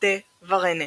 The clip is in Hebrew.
de Varenne.